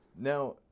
Now